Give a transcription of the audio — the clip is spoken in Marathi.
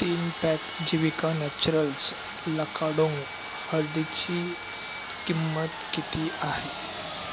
तीन पॅक जीविका नॅचरल्स लखाडोंग हळदीची किंमत किती आहे